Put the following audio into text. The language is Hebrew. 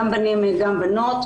גם בנים וגם בנות.